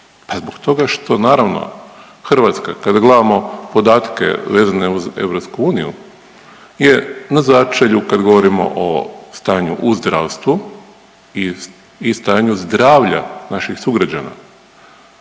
Pa zbog toga što naravno Hrvatska kad gledamo podatke vezane uz EU je na začelju kad govorimo o stanju u zdravstvu i stanju zdravlja naših sugrađana.